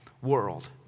world